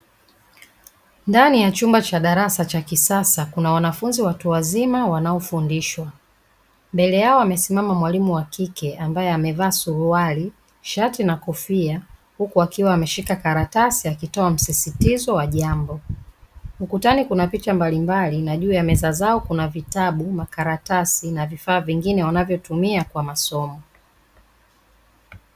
Ndani ya chumba cha darasa cha kisasa kuna wanafunzi watu wazima wanaofundishwa. Mbele yao amesimama mwalimu wa kike ambaye amevaa suruali, shati na kofia huku akiwa ameshika karatasi akitoa msisitizo wa jambo. Ukutani kuna picha mbalimbali na juu ya meza zao kuna vitabu, makaratasi na vifaa vingine wanavyotumia kwa masomo.